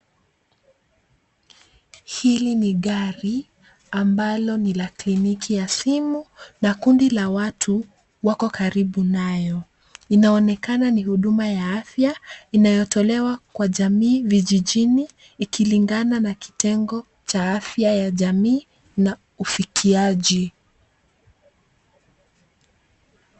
Hili ni gari ambalo ni la kliniki ya simu na kundi la watu wako karibu nayo. Inaonekana ni huduma ya afya inayotolewa kwa jamii vijijini ikilingana na kitengo cha afya ya jamii na ufikiaji.